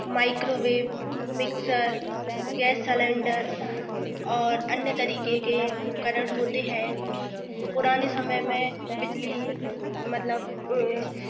microwave mixer gas cylinder और अन्य तरीके के उपकरण होते हैं पुरानी समय में बिजली मतलब ऐ